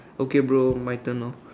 okay bro my turn now